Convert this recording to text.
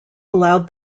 allowed